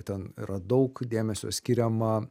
ten yra daug dėmesio skiriama